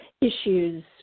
issues